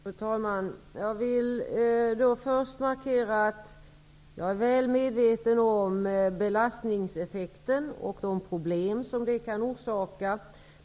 Fru talman! Jag vill först markera att jag är väl medveten om belastningseffekten och de problem som den kan orsaka.